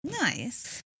Nice